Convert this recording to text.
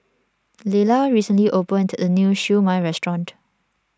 Lelar recently opened a new Siew Mai restaurant